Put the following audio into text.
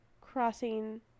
crossing